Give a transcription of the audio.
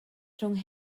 rhwng